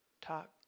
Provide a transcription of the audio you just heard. talk